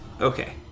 Okay